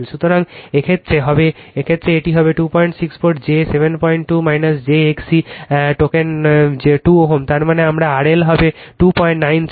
সুতরাং এই ক্ষেত্রে এটি হবে 264 j 72 j XC টেকেন 2 Ω তার মানে আমার RL হবে 293 Ω